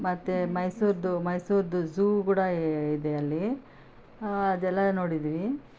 ಮತ್ತೆ ಮೈಸೂರಿಂದು ಮೈಸೂರಿಂದು ಝೂ ಕೂಡ ಇದೆ ಅಲ್ಲಿ ಅದೆಲ್ಲ ನೋಡಿದ್ವಿ